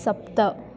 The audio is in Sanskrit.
सप्त